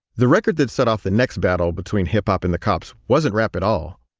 the record that set off the next battle between hip-hop and the cops wasn't rap at all.